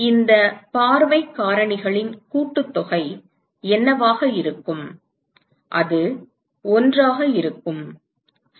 இந்த பார்வைக் காரணிகளின் கூட்டுத்தொகை என்னவாக இருக்கும் அது 1 ஆக இருக்கும் சரி